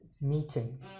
meeting